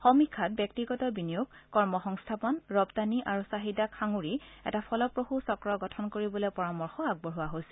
সমীক্ষাত ব্যক্তিগত বিনিয়োগ কৰ্ম সংস্থাপন ৰপ্তানি আৰু চাহিদাক সাঙুৰি এটা ফলপ্ৰসূ চক্ৰ গঠন কৰিবলৈ পৰামৰ্শ আগবঢ়োৱা হৈছে